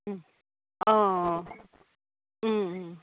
অঁ